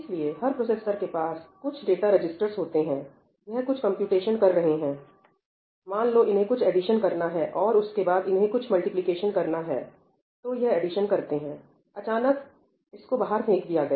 इसलिए हर प्रोसेसर के पास कुछ डाटा रजिस्टर्स होते हैं यह कुछ कंप्यूटेशन कर रहे हैं मान लो इन्हें कुछ एडिशन करना है और उसके बाद इन्हें कुछ मल्टीप्लिकेशन करना है तो यह एडिशन करते हैं अचानक इसको बाहर फेंक दिया गया